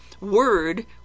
Word